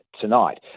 tonight